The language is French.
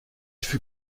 fut